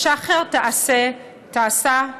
שחר תעשה,